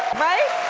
right?